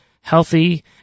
healthy